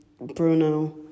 Bruno